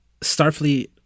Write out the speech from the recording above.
Starfleet